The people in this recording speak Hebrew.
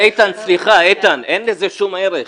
איתן, סליחה, אין לזה שום ערך.